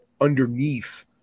underneath